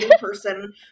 person